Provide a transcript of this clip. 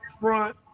front